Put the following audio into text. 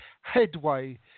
headway